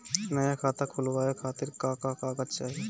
नया खाता खुलवाए खातिर का का कागज चाहीं?